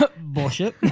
bullshit